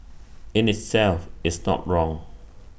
in itself is not wrong